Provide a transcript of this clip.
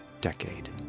decade